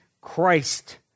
Christ